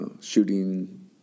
shooting